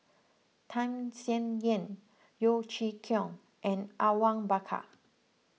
Tham Sien Yen Yeo Chee Kiong and Awang Bakar